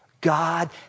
God